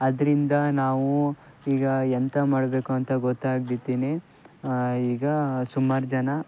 ಅದರಿಂದ ನಾವು ಈಗ ಎಂತ ಮಾಡಬೇಕು ಅಂತ ಗೊತ್ತಾಗದೇನೆ ಈಗ ಸುಮಾರು ಜನ